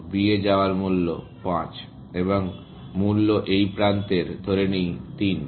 b এ যাওয়ার মূল্য 5 এবং মূল্য এই প্রান্তের ধরে নেই 3